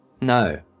No